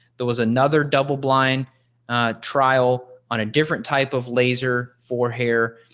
there was another double blind trial on a different type of laser for hair.